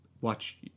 watch